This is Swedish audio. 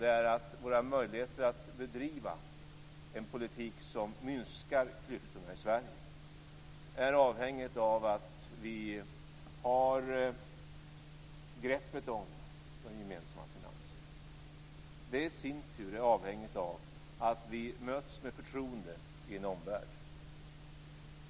Det är att våra möjligheter att bedriva en politik som minskar klyftorna i Sverige är avhängigt av att vi har greppet om de gemensamma finanserna. Det i sin tur är avhängigt av att vi möts med förtroende i omvärlden.